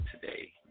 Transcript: today